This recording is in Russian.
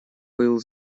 был